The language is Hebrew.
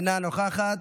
אינה נוכחת,